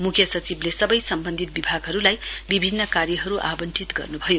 म्ख्य सचिवले सबै सम्बन्धित विभागहरूलाई विभिन्न कार्यहरू आवन्टित गर्न् भयो